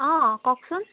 অঁ কওকচোন